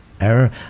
error